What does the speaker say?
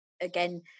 again